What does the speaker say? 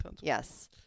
Yes